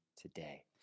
today